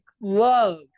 love